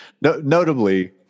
notably